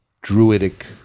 druidic